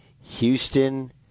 Houston